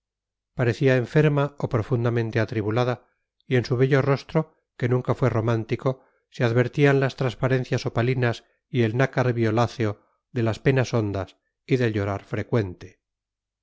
parecía enferma o profundamente atribulada y en su bello rostro que nunca fue romántico se advertían las transparencias opalinas y el nácar violáceo de las penas hondas y del llorar frecuente